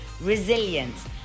resilience